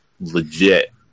legit